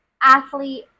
athlete